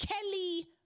Kelly